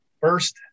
First